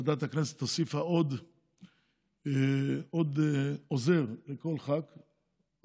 ועדת הכנסת הוסיפה עוד עוזר לכל ח"כ,